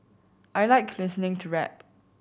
I like listening to rap